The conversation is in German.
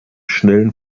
schnellen